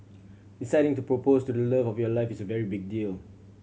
deciding to propose to the love of your life is a very big deal